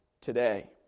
today